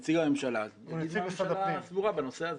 נציג הממשלה, הוא יגיד מה הממשלה סבורה בנושא הזה.